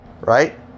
right